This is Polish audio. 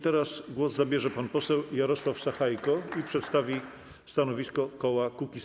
Teraz głos zabierze pan poseł Jarosław Sachajko, który przedstawi stanowisko koła Kukiz’15.